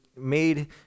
made